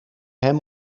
hem